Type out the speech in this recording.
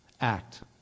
act